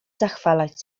zachwalać